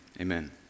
Amen